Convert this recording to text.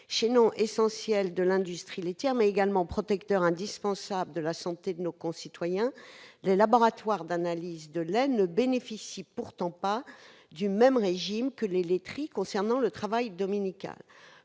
Chaînons essentiels de notre industrie laitière, mais également protecteurs indispensables de la santé de nos concitoyens, les laboratoires d'analyse de lait ne bénéficient pourtant pas du même régime que les laiteries concernant le travail dominical.